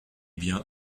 bien